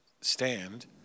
stand